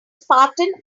spartan